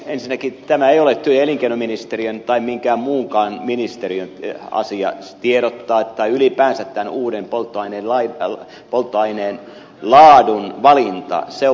ensinnäkään tämä ei ole työ ja elinkeinoministeriön tai minkään muunkaan ministeriön asia tiedottaa kuten ei ole ylipäänsä tämän uuden polttoaineen laadun valinta